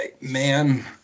man